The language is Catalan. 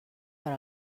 per